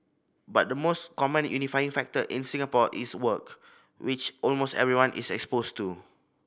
but the most common unifying factor in Singapore is work which almost everyone is exposed to